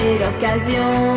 l'occasion